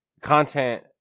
content